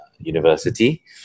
University